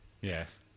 Yes